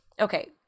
Okay